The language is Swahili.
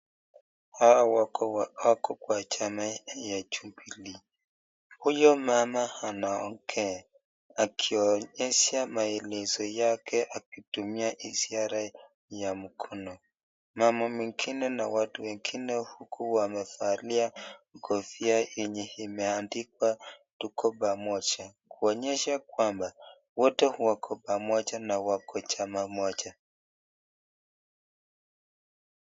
Hawa wako kwa chama ya Jubilee, huyo mama anaongea akionyesha maelezo yake akitumia ishara ya mkono. Mama mwingine na watu wengine huku wamevalia kofia yenye imeandikwa tuko pamoja kuonyesha kwamba wote wako pamoja na wako chama moja.